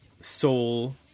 soul